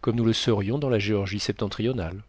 comme nous le serions dans la géorgie septentrionale